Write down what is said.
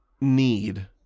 need